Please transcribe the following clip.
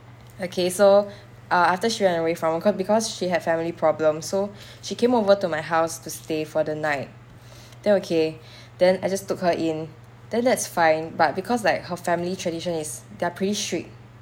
okay so ah after she ran away from home co~ because she had family problem so she came over to my house to stay for the night then okay then I just took her in then that's fine but because like her family tradition is they are pretty strict